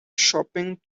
shopping